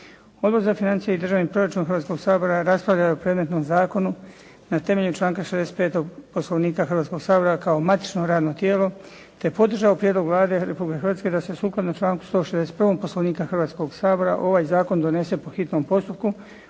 Odbor za financije i državni proračun Hrvatskog sabora raspravljao je o predmetnom zakonu na temelju članka 65. Poslovnika Hrvatskog sabora kao matično radno tijelo te je podržao prijedlog Vlade Republike Hrvatske da se sukladno članku 161. Poslovnika Hrvatskog sabora ovaj zakon donese po hitnom postupku